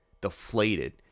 deflated